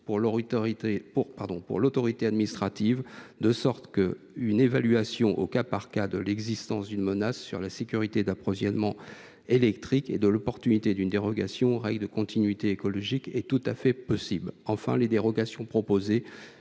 lui en faire une obligation, de sorte qu’une évaluation au cas par cas de l’existence d’une menace sur la sécurité d’approvisionnement électrique et de l’opportunité d’une dérogation aux règles de continuité écologique est tout à fait possible. Enfin, les dérogations proposées